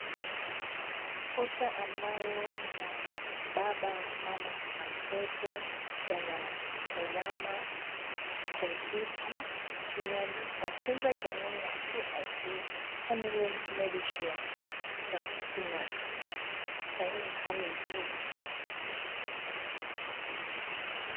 Posta ambayo ina baba, mama na mtoto, wanatazama kompyuta. Imeandikwa tunza jamii na CIC Family MediSure, na kuna saini pale juu.